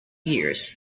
years